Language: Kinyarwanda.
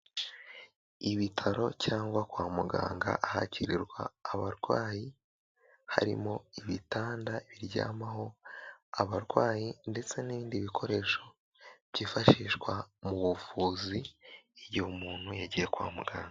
Ibitaro cyangwa kwa muganga, ahakirirwa abarwayi harimo ibitanda biryamaho abarwayi ndetse n'ibindi bikoresho byifashishwa mu buvuzi igihe umuntu yagiye kwa muganga.